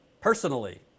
personally